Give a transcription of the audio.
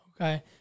Okay